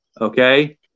okay